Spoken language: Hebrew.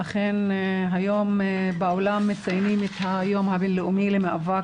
אכן היום בעולם מציינים את היום הבין-לאומי למאבק